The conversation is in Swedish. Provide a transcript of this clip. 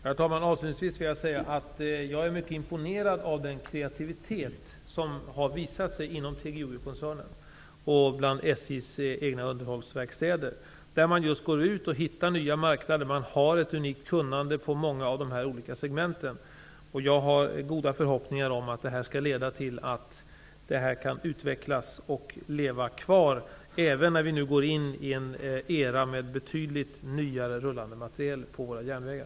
Herr talman! Avslutningsvis vill jag säga att jag är mycket imponerad av den kreativitet som har visat sig inom TGOJ-koncernen och bland SJ:s egna underhållsverkstäder. Man går ut och hittar nya marknader. Man har ett unikt kunnande om många av dessa olika segment. Jag har goda förhoppningar om att det skall leda till att denna verksamhet kan utvecklas och leva kvar, även när vi nu går in i en era med betydligt nyare rullande materiel på våra järnvägar.